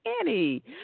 Annie